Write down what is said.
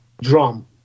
drum